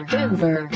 Denver